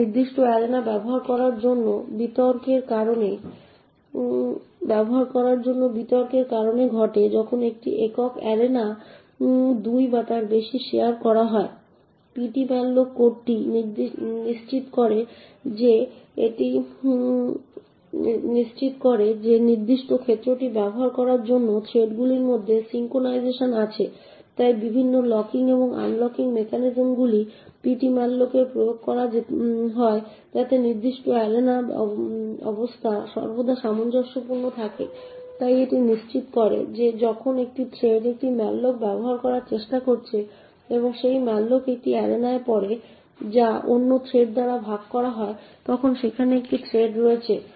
একটি নির্দিষ্ট অ্যারেনা ব্যবহার করার জন্য বিতর্কের কারণে ঘটে যখন একটি একক অ্যারেনা 2 বা তার বেশি শেয়ার করা হয় ptmalloc কোডটি নিশ্চিত করে যে নির্দিষ্ট ক্ষেত্রটি ব্যবহার করার জন্য থ্রেডগুলির মধ্যে সিঙ্ক্রোনাইজেশন আছে তাই বিভিন্ন লকিং এবং আনলকিং মেকানিজমগুলি ptmalloc2 এ প্রয়োগ করা হয় যাতে নির্দিষ্ট অ্যারেনা অবস্থা সর্বদা সামঞ্জস্যপূর্ণ থাকে তাই এটি নিশ্চিত করে যে যখন একটি থ্রেড একটি malloc ব্যবহার করার চেষ্টা করছে এবং সেই malloc একটি অ্যারেনায় পড়ে যা অন্য থ্রেড দ্বারা ভাগ করা হয় তখন সেখানে একটি থ্রেড রয়েছে